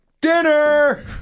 dinner